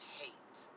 hate